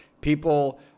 people